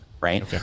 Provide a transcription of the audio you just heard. Right